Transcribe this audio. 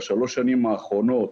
בשלוש שנים האחרונות,